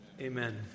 amen